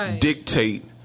dictate